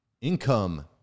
Income